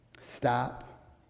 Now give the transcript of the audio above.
Stop